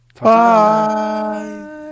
bye